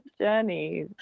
journey